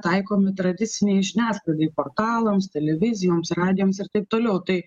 taikomi tradicinei žiniasklaidai portalams televizijoms radijams ir taip toliau tai